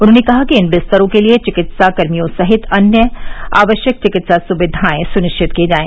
उन्होंने कहा कि इन बिस्तरों के लिए चिकित्साकर्मियों सहित अन्य आवश्यक चिकित्सा सुविधाएं सुनिश्चित की जाएं